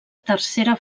tercera